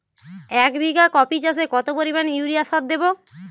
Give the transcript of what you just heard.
এক বিঘা কপি চাষে কত পরিমাণ ইউরিয়া সার দেবো?